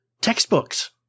textbooks